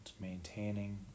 maintaining